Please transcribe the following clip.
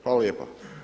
Hvala lijepa.